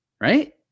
right